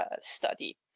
study